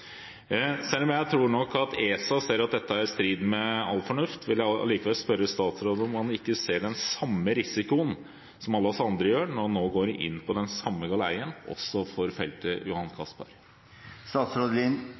Selv om jeg nok tror at ESA ser at dette er i strid med all fornuft, vil jeg allikevel spørre statsråden om han ikke ser den samme risikoen som alle vi andre gjør, når han nå går inn på den samme galeien også for Johan